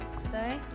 today